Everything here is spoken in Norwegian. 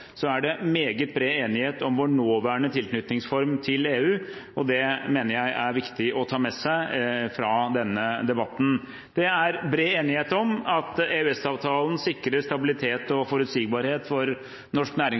er det meget bred enighet om vår nåværende tilknytningsform til EU, og det mener jeg er viktig å ta med seg fra denne debatten. Det er bred enighet om at EØS-avtalen sikrer stabilitet og forutsigbarhet for norsk